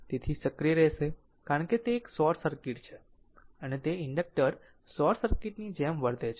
તેથી આ સક્રિય રહેશે કારણ કે તે એક શોર્ટ સર્કિટ છે અને તે ઇન્ડક્ટર શોર્ટ સર્કિટ ની જેમ વર્તે છે